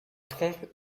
trompe